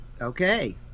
okay